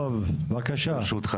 טוב, בבקשה.